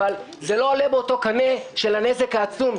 אבל זה לא עולה באותו קנה של הנזק העצום.